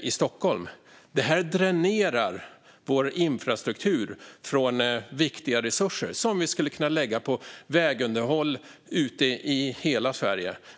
i Stockholm. Det här dränerar vår infrastruktur på viktiga resurser som skulle kunna läggas på vägunderhåll ute i hela Sverige.